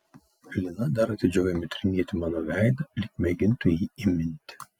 lina dar atidžiau ėmė tyrinėti mano veidą lyg mėgintų jį įminti